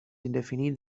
indefinit